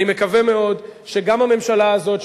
אני מקווה מאוד שגם הממשלה הזאת,